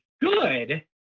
good